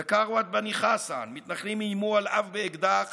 בקראוות בני חסאן מתנחלים איימו על אב באקדח